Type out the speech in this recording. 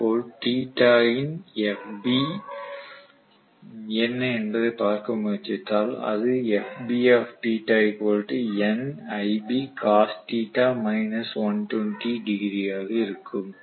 இதேபோல் θ இன் FB என்ன என்பதை நான் பார்க்க முயற்சித்தால் அது ஆக இருக்கும்